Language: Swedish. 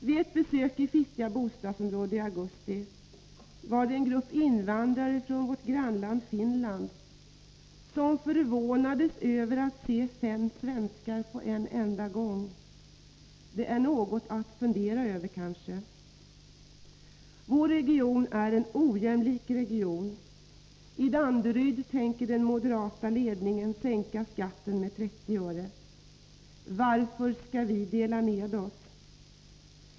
Vid ett besök i Fittja bostadsområde i augusti förvånades en grupp invandrare från vårt grannland Finland över att se fem svenskar på en enda gång. Det är kanske något att fundera över. Vår region är mycket ojämlik. I Danderyd tänker den moderata ledningen sänka skatten med 30 öre. Varför skall vi dela med oss?